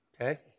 Okay